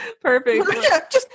Perfect